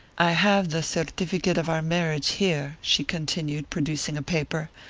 i have the certificate of our marriage here, she continued, producing a paper,